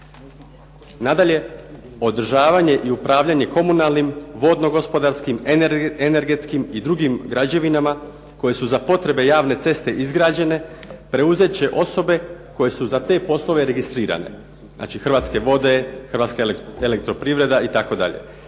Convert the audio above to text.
Nadalje, održavanje i upravljanje komunalnim, vodno-gospodarskim, energetskim i drugim građevinama koje su za potrebe javne ceste izgrađene preuzet će osobe koje su za te poslove registrirane. Znači "Hrvatske vode", "Hrvatska elektroprivreda" itd.,